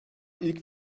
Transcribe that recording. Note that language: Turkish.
ilk